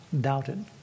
doubted